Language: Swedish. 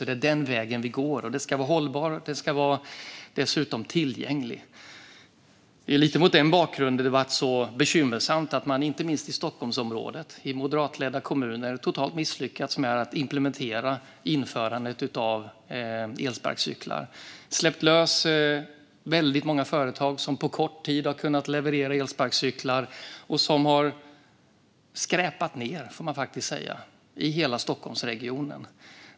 Det är den vägen vi går, och det ska vara hållbart och dessutom tillgängligt. Det är lite mot den bakgrunden som det har varit bekymmersamt att man inte minst i Stockholmsområdet, i moderatledda kommuner, totalt har misslyckats med att implementera elsparkcyklarna och släppt lös väldigt många företag som på kort tid har kunnat leverera elsparkcyklar som har skräpat ned, får man faktiskt säga, i hela Stockholmsregionen.